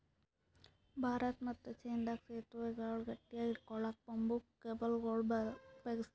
ಭಾರತ ಮತ್ತ್ ಚೀನಾದಾಗ್ ತೂಗೂ ಸೆತುವೆಗಳ್ ಗಟ್ಟಿಯಾಗ್ ಹಿಡ್ಕೊಳಕ್ಕ್ ಬಂಬೂ ಕೇಬಲ್ಗೊಳ್ ಉಪಯೋಗಸ್ತಾರ್